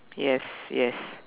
yes yes